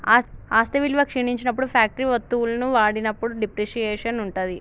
ఆస్తి విలువ క్షీణించినప్పుడు ఫ్యాక్టరీ వత్తువులను వాడినప్పుడు డిప్రిసియేషన్ ఉంటది